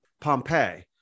Pompeii